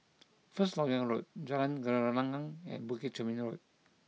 First Lok Yang Road Jalan Gelenggang and Bukit Chermin Road